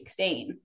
2016